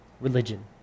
religion